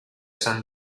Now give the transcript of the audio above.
san